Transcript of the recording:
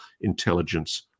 Intelligence